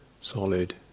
solid